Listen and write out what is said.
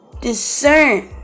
discern